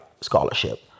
scholarship